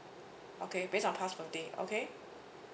okay based on passed birthday okay